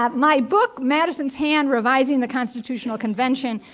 um my book, madison's hand, revising the constitutional convention,